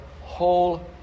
whole